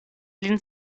lin